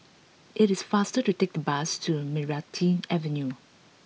it is faster to take the bus to Meranti Avenue